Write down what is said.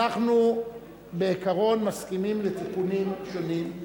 אנחנו בעיקרון מסכימים לתיקונים שונים.